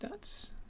stats